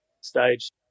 stage